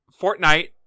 Fortnite